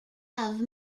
have